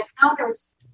counters